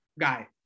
guy